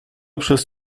przez